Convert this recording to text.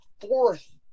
fourth